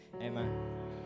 Amen